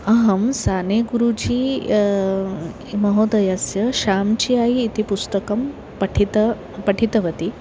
अहं साने गुरुझी महोदयस्य शाञ्चि इति पुस्तकं पठितवती पठितवती